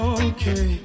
okay